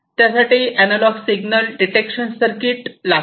त्यासाठी analogue signal detection circuit लागते